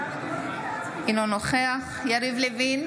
אינו נוכח יריב לוין,